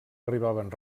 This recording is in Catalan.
arribaven